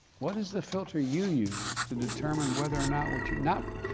what is the filter you use to determine whether or not what you're not,